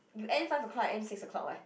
you end five o-clock I end six o-clock leh